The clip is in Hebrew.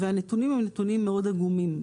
והנתונים הם נתונים מאוד עגומים.